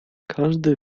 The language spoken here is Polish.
każde